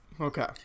Okay